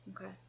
Okay